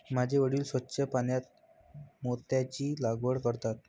माझे वडील स्वच्छ पाण्यात मोत्यांची लागवड करतात